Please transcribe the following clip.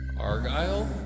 Argyle